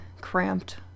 cramped